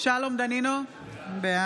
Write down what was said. דני דנון, בעד שלום דנינו, בעד